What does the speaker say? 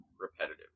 repetitive